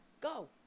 Go